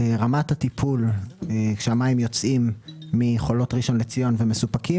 רמת הטיפול כשהמים יוצאים מחולות ראשון לציון ומסופקים,